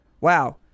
wow